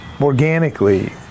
organically